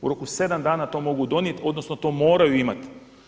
U roku 7 dana to mogu donijeti, odnosno to moraju imati.